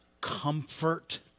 comfort